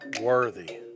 worthy